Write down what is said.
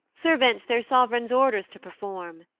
servants their sov'reign's orders to perform.